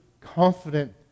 confident